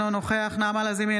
אינו נוכח נעמה לזימי,